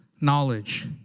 knowledge